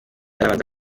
arabanza